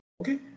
okay